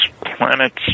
planets